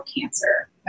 cancer